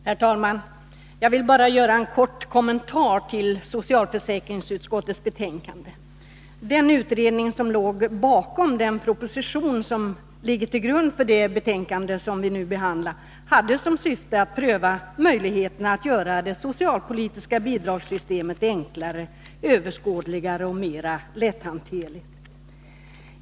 Herr talman! Jag vill bara göra en kort kommentar till socialförsäkringsutskottets betänkande. Den utredning som låg bakom den proposition som ligger till grund för det betänkande vi nu behandlar hade som syfte att pröva möjligheterna att göra det socialpolitiska bidragssystemet enklare, överskådligare och mer lätthanterligt.